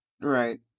Right